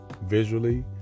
visually